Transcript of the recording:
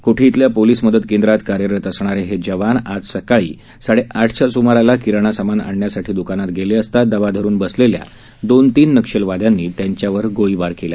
कोठी इथल्या पोलिस मदत केंद्रात कार्यरत असणारे हे जवान आज सकाळी साडेआठच्या सुमाराला किराणा सामान आणण्यासाठी द्दकानात गेले असता दबा धरुन बसलेल्या दोन तीन नक्षलवादयांनी त्यांच्यावर गोळीबार केला